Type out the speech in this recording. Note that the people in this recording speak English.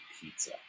pizza